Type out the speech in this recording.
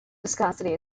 viscosity